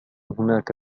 هناك